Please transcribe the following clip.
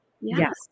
yes